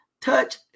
touch